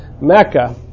Mecca